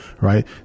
right